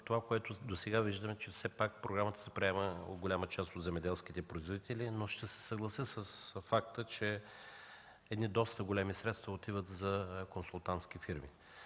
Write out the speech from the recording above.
Това, което виждаме досега, е, че все пак програмата се приема от голяма част от земеделските производители, но ще се съглася с факта, че едни доста големи средства отиват за консултантски фирми.